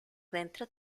dentro